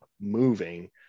moving